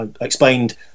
explained